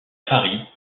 paris